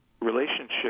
relationship